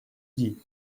dit